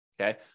okay